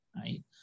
right